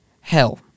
hell